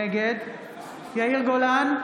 נגד יאיר גולן,